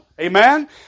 Amen